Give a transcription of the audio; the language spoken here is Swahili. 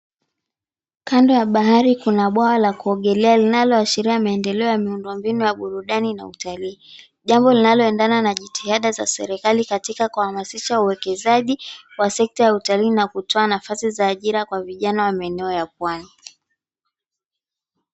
Kando ya bahari kuna bwawa la kuogelea linalo ashiria maendeleo ya miundombinu ya burudani na utalii, jambo linaloendana na jitihada za serikali katika kuhamasisha uekezaji wa sekta ya utalii na kutoa nafasi za ajira kwa vijana wa maeneo ya pwani.